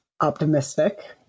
optimistic